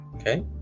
Okay